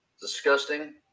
disgusting